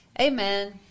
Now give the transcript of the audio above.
amen